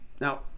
Now